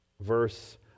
Verse